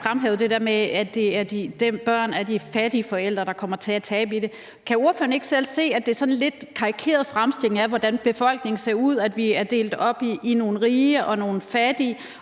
fremhævet det der med, at det er børn af fattige forældre, der kommer til at tabe på det. Kan ordføreren ikke se, at det er sådan en lidt karikeret fremstilling af, hvordan befolkningen ser ud, altså at vi er delt op i nogle rige og nogle fattige,